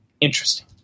Interesting